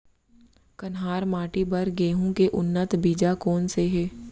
कन्हार माटी बर गेहूँ के उन्नत बीजा कोन से हे?